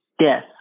Yes